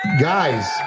guys